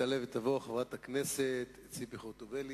תעלה ותבוא חברת הכנסת ציפי חוטובלי.